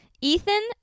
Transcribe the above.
ethan